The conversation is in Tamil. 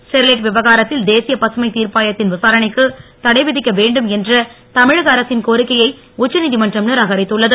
ஸ்டெர்லைட் விவகாரத்தில் தேசிய பசுமை தீர்ப்பாயத்தின் விசாரணைக்கு தடைவிதிக்க வேண்டும் என்ற தமிழக அரசின் கோரிக்கையை உச்சநீதிமன்றம் நிராகரித்துள்ளது